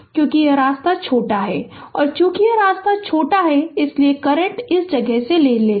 और क्योंकि यह रास्ता छोटा है और चूंकि यह रास्ता छोटा है इसलिए करंट इस जगह ले लेगा